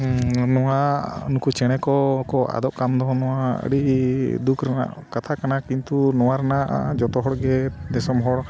ᱱᱚᱣᱟ ᱱᱩᱠᱩ ᱪᱮᱬᱮ ᱠᱚ ᱠᱚ ᱟᱫᱚᱜ ᱠᱟᱱ ᱫᱚ ᱱᱚᱣᱟ ᱟᱹᱰᱤ ᱫᱩᱠ ᱨᱮᱱᱟᱜ ᱠᱟᱛᱷᱟ ᱠᱟᱱᱟ ᱠᱤᱱᱛᱩ ᱱᱚᱣᱟ ᱨᱮᱱᱟᱜ ᱡᱚᱛᱚ ᱦᱚᱲ ᱜᱮ ᱫᱤᱥᱚᱢ ᱦᱚᱲ